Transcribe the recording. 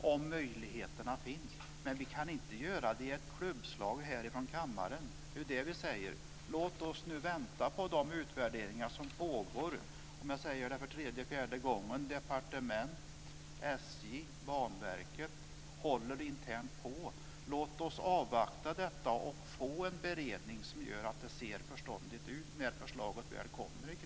om möjligheterna finns. Men vi kan inte göra det i ett klubbslag här från kammaren. Låt oss nu vänta på de utvärderingar som pågår. Jag säger nu för tredje eller fjärde gången att departementet, SJ och Banverket utreder internt. Låt oss avvakta detta, så vi får en beredning som gör att förslaget blir förståndigt när det väl kommer.